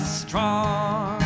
strong